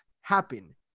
happen